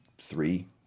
three